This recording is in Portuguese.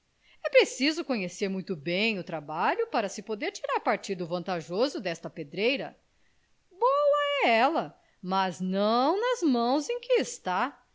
é preciso conhecer muito bem o trabalho para se poder tirar partido vantajoso desta pedreira boa é ela mas não nas mãos em que está